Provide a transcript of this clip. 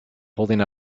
holding